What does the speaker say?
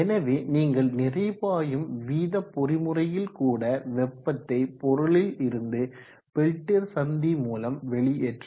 எனவே நீங்கள் நிறை பாயும் வீத பொறிமுறையில் கூட வெப்பத்தை பொருளிலிருந்து பெல்டியர் சந்தி மூலம் வெளியேற்றலாம்